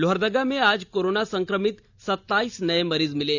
लोहरदगा में आज कोरोना संक्रमित सताईस नये मरीज मिले